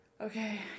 okay